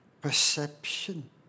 perception